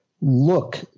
look